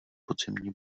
podzimní